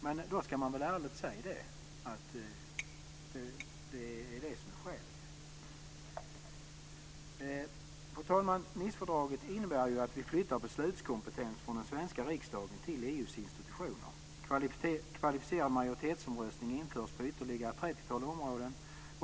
Men då ska man väl ärligt säga att det är det som är skälet. Fru talman! Nicefördraget innebär att vi flyttar beslutskompetens från den svenska riksdagen till EU:s institutioner. Kvalificerad majoritetsomröstning införs på ytterligare ett 30-tal områden.